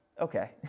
Okay